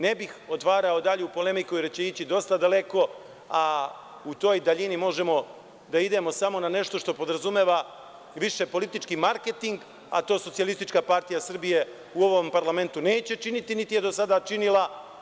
Ne bih otvarao dalju polemiku jer će ići dosta daleko, a u toj daljini možemo da idemo samo na nešto što podrazumeva više politički marketing, a to SPS u ovom parlamentu neće činiti, niti je do sada činila.